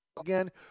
again